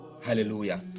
hallelujah